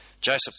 Joseph